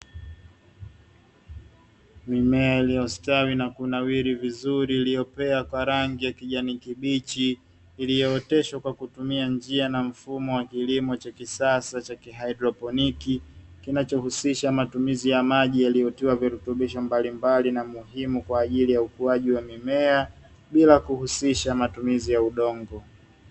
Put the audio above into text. Mimea iliyostawi na kunawiri vizuri iliyopea kwa rangi ya kijani kibichi, iliyooteshwa kwa kutumia njia na mfumo wa kilimo cha kisasa cha ki hydroponiki kinachohusisha matumizi ya maji, yaliyotiwa virutubisho mbalimbali na muhimu kwa ajili ya ukuaji wa mimea bila kuhusisha matumizi ya udongo.